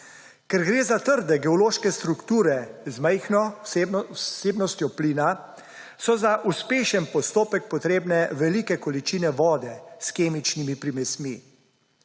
Ker gre za trde geološke strukture z majhno vsebnostjo plina, so za uspešen postopek potrebne velike količine vode s kemičnimi primesmi.